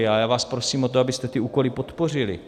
A já vás prosím o to, abyste ty úkoly podpořili.